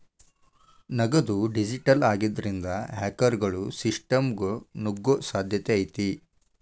ನಗದು ಡಿಜಿಟಲ್ ಆಗಿದ್ರಿಂದ, ಹ್ಯಾಕರ್ಗೊಳು ಸಿಸ್ಟಮ್ಗ ನುಗ್ಗೊ ಸಾಧ್ಯತೆ ಐತಿ